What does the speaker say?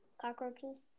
Cockroaches